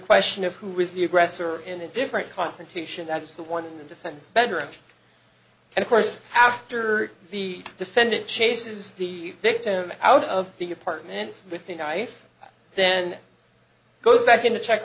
question of who is the aggressor in a different confrontation that is the one the defense bedroom and of course after the defendant chases the victim out of the apartment with a knife then goes back in to check